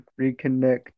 reconnect